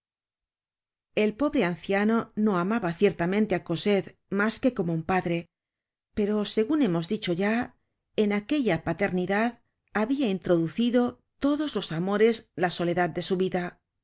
el pobre anciano no amaba ciertamente á cosette mas que como un padre pero segun hemos dicho ya en aquella paternidad habia introducido todos los amores la soledad de su vida